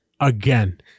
again